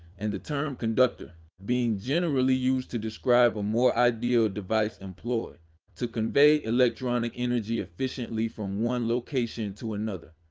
and the term conductor being generally used to describe a more ideal device employed to convey electronic energy efficiently from one location location to another.